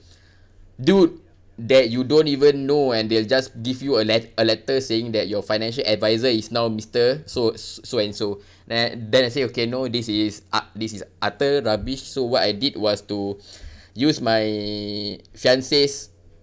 dude that you don't even know and they'll just give you a let~ a letter saying that your financial advisor is now mister so so and so then then I say okay no this is u~ this is utter rubbish so what I did was to use my fiancee's